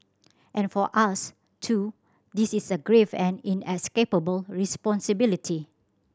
and for us too this is a grave and inescapable responsibility